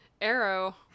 Arrow